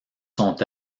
sont